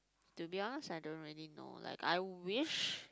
to be honest I don't really know like I wish